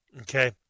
Okay